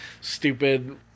stupid